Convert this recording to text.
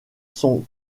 sont